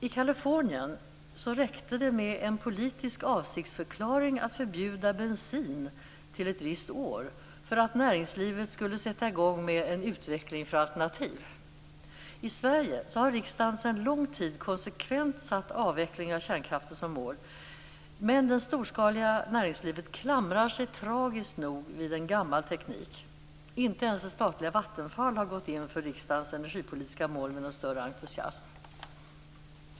I Kalifornien räckte det med en politisk avsiktsförklaring om att förbjuda bensin till ett visst år för att näringslivet skulle sätta i gång med en utveckling för alternativ. I Sverige har riksdagen sedan lång tid konsekvent satt avvecklingen av kärnkraften som mål men det storskaliga näringslivet klamrar sig, tragiskt nog, fast vid en gammal teknik. Inte ens det statliga Vattenfall har med någon större entusiasm gått in för riksdagens energipolitiska mål. Herr talman!